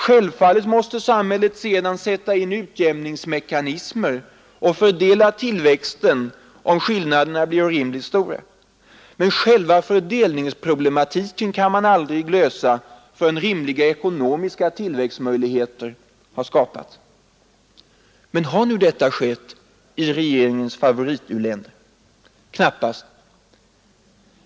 Självfallet måste samhället sedan sätta in utjämningsmekanismer och fördela tillväxten, om skillnaderna blir orimligt stora. Men själva fördelningsproblematiken kan inte lösas förrän rimliga ekonomiska tillväxtmöjligheter skapats. Har nu detta skett i regeringens favorit-u-länder? Knappast!